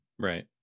Right